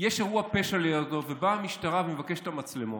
יש אירוע פשע ליד אדם ובאה המשטרה ומבקשת את המצלמות,